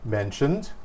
mentioned